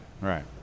right